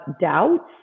doubts